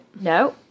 No